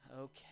Okay